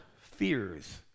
fears